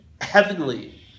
heavenly